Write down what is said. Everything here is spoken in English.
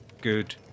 good